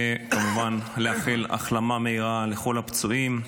וכמובן לאחל החלמה מהירה לכל הפצועים,